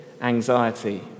anxiety